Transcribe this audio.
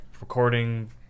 recording